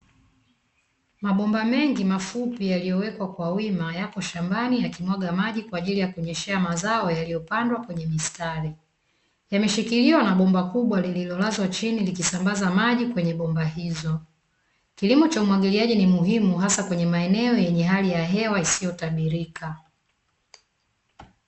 Mabomba mengi mafupi yaliyowekwa kwa wima yako shambani yakimwaga maji kwa ajili ya kunyeshea mazao yaliyopandwa kwenye mistari. Imeshikiliwa na bomba kubwa lililolazwa chini likisambaza maji kwenye bomba hizo, kilimo cha umwagiliaji ni muhimu hasa kwenye maeneo yenye hali ya hewa isiyotabirika.